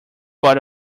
part